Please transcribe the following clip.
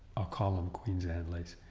i'll call them queen's ann lace,